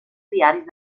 diaris